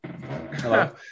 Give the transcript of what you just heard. Hello